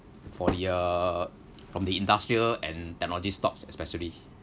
for the uh from the industrial and technology stocks especially